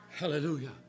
Hallelujah